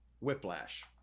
whiplash